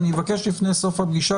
אני מבקש לפני סוג הפגישה,